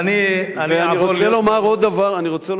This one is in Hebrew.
ואני רוצה לומר עוד דבר,